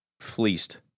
fleeced